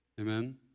Amen